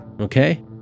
okay